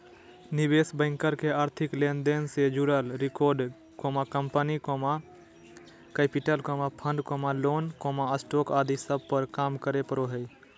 निवेश बैंकर के आर्थिक लेन देन से जुड़ल record, company capital, fund, loan, stock आदि सब पर काम करे पड़ो हय